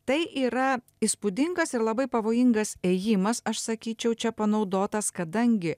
tai yra įspūdingas ir labai pavojingas ėjimas aš sakyčiau čia panaudotas kadangi